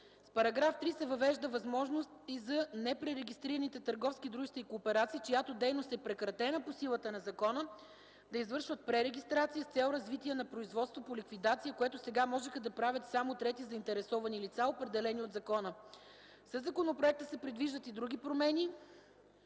С § 3 се въвежда и възможност за непререгистрираните търговски дружества и кооперации, чиято дейност е прекратена по силата на закона, да извършат пререгистрация с цел развитие на производството по ликвидация, което сега можеха да направят само трети заинтересовани лица, определени от закона. Със законопроекта се предвиждат и други промени